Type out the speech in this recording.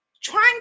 trying